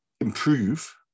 improve